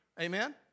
Amen